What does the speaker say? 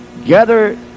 Gather